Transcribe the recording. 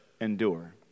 endure